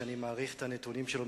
שאני מעריך את הנתונים שלו,